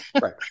right